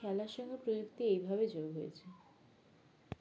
খেলার সঙ্গে প্রযুক্তি এইভাবে যোগ হয়েছে